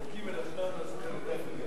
צדיקים מלאכתם נעשית על-ידי אחרים.